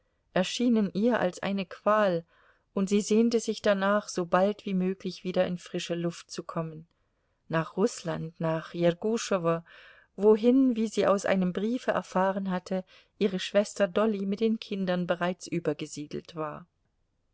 erschienen ihr als eine qual und sie sehnte sich danach so bald wie möglich wieder in frische luft zu kommen nach rußland nach jerguschowo wohin wie sie aus einem briefe erfahren hatte ihre schwester dolly mit den kindern bereits übergesiedelt war